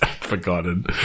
forgotten